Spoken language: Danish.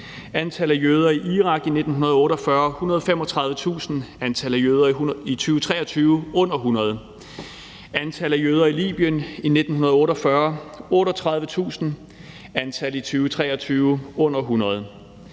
Antallet af jøder i Irak i 1948: 135.000, antallet af jøder i 2023: under 100. Antallet af jøder i Libyen i 1948: 38.000, antallet af jøder i 2023: under 100.